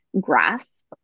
grasp